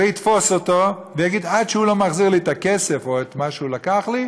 ויתפוס אותו ויגיד: עד שהוא לא מחזיר לי את הכסף או את מה שהוא לקח לי,